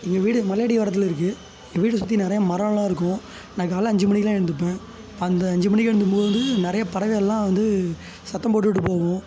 எங்கள் வீடு மலையடிவாரத்தில் இருக்குது எங்கள் வீடை சுற்றி நிறையா மரலாம் இருக்கும் நான் காலைல அஞ்சு மணிக்கெலாம் எழுந்துப்பேன் ப அந்த அஞ்சு மணிக்கு எழுந்தும்போது நிறைய பறவைகள்லாம் வந்து சத்தம் போட்டுட்டு போகும்